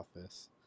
office